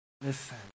listen